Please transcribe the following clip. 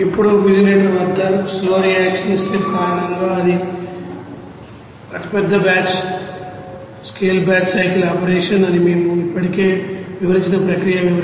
ఇప్పుడు ఫ్యూజన్టర్ వద్ద స్లో రియాక్షన్ స్టెప్ కారణంగా ఇది అతిపెద్ద స్కేల్ బ్యాచ్ సైకిల్ ఆపరేషన్ అని మేము ఇప్పటికే వివరించిన ప్రక్రియ వివరణ